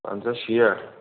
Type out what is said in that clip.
پَنٛژاہ شیٹھ